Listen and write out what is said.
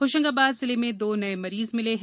होशंगाबाद जिले में दो नये मरीज मिले हैं